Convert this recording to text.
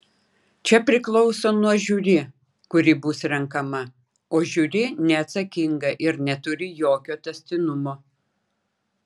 čia priklauso nuo žiuri kuri bus renkama o žiuri neatsakinga ir neturi jokio tęstinumo